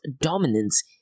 dominance